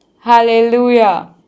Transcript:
Hallelujah